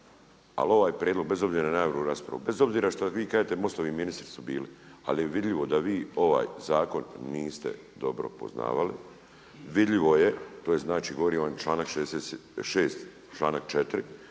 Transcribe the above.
raspravu, bez obzira što vi kažete MOST-ovi ministri su bili ali je vidljivo da vi ovaj zakon niste dobro poznavali. Vidljivo je, to je znači, govori vam …/Govornik se